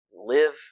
Live